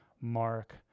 Mark